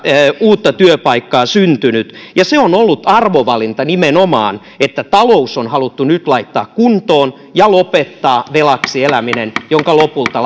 uutta työpaikkaa syntynyt ja se on ollut arvovalinta nimenomaan että talous on haluttu nyt laittaa kuntoon ja lopettaa velaksi eläminen jonka lopulta